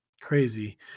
crazy